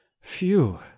phew